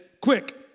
Quick